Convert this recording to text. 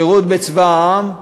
שירות בצבא העם,